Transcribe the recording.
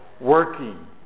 working